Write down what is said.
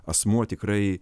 asmuo tikrai